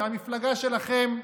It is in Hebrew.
מהמפלגה שלכם,